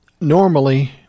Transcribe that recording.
normally